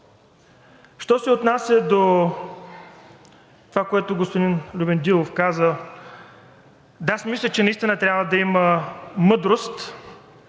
Що се отнася до това, което господин Любен Дилов каза – да, аз мисля, че наистина трябва да има